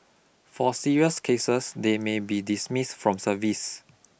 for serious cases they may be dismissed from service